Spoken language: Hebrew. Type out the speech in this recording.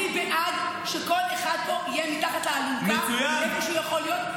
אני בעד שכל אחד פה יהיה מתחת לאלונקה איפה שהוא יכול להיות.